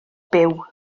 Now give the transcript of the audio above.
byw